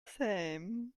same